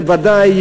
זה ודאי